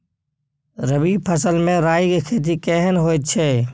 रबी फसल मे राई के खेती केहन होयत अछि?